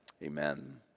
Amen